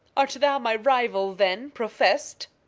art thou my rival then protest?